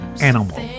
Animal